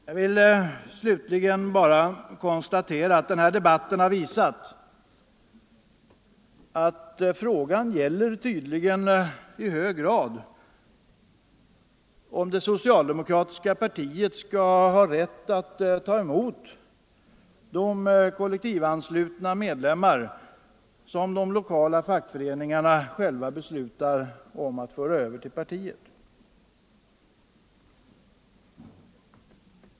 Jag vill slutligen bara konstatera att denna debatt visar att frågan nu tydligen även gäller om det socialdemokratiska partiet skall ha rätt att ta emot de kollektivanslutna medlemmar som de lokala fackföreningarna själva beslutar att föra över till partiet.